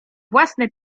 własne